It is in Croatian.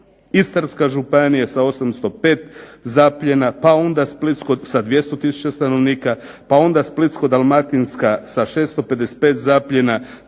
Istarska županija sa 805 zapljena, pa onda, sa 200 tisuća stanovnika, pa onda Splitsko-dalmatinska sa 655 zapljena